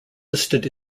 listed